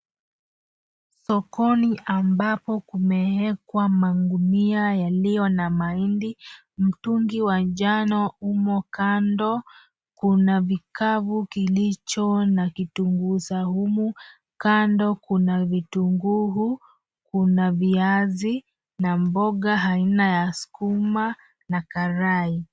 Sokoni ambapo kumewekwa magunia yaliyo na mahindi, mtungi wa njano umo kando, kuna kikapu kilicho na kitunguusaumu, kando kuna vitunguu, kuna viazi na mboga aina ya skuma na karai.